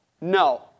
no